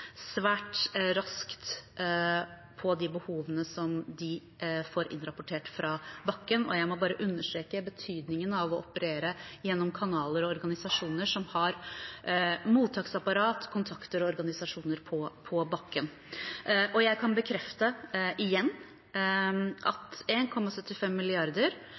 svært raskt på de behovene som de får innrapportert fra bakken. Jeg må bare understreke betydningen av å operere gjennom kanaler og organisasjoner som har mottaksapparat, kontakter og organisasjoner på bakken. Jeg kan bekrefte – igjen – at